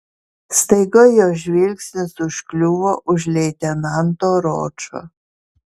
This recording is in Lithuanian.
staiga jos žvilgsnis užkliuvo už leitenanto ročo